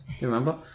remember